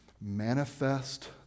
manifest